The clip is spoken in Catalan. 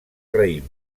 raïm